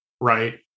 Right